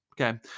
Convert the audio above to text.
Okay